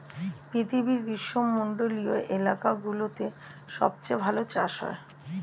পৃথিবীর গ্রীষ্মমন্ডলীয় এলাকাগুলোতে সবচেয়ে ভালো চাষ হয়